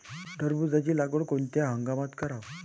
टरबूजाची लागवड कोनत्या हंगामात कराव?